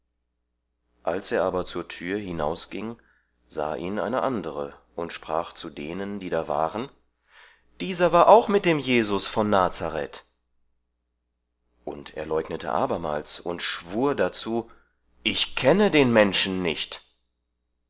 als er aber zur tür hinausging sah ihn eine andere und sprach zu denen die da waren dieser war auch mit dem jesus von nazareth und er leugnete abermals und schwur dazu ich kenne den menschen nicht